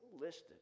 listed